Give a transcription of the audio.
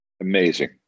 Amazing